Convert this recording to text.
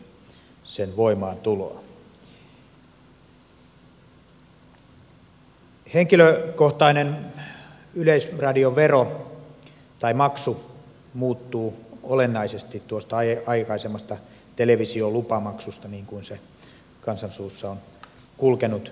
henkilökohtainen yleisradiovero tai maksu muuttuu olennaisesti tuosta aikaisemmasta televisiolupamaksusta niin kuin se kansan suussa on kulkenut